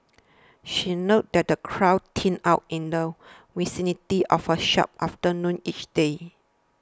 she noted that the crowds thin out in the vicinity of her shop after noon each day